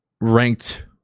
Ranked